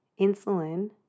Insulin